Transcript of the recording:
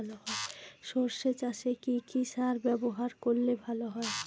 সর্ষে চাসে কি কি সার ব্যবহার করলে ভালো হয়?